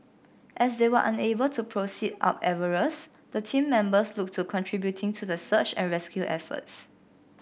as they were unable to proceed up Everest the team members looked to contributing to the search and rescue efforts